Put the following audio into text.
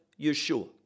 Yeshua